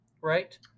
right